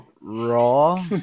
raw